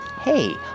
Hey